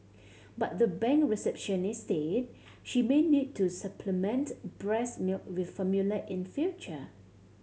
but the bank receptionist said she may need to supplement breast milk with formula in future